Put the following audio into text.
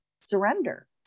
surrender